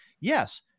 yes